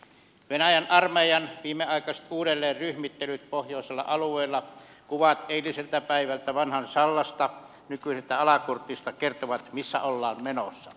venäjän armeijan viimeaikaiset uudelleenryhmittelyt pohjoisilla alueilla kuvat eiliseltä päivältä vanhasta sallasta nykyisestä alakurtista kertovat missä ollaan menossa